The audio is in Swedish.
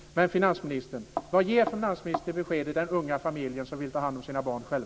Men vad ger finansministern för besked till den unga familjen som vill ta hand om sina barn själv?